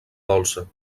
dolça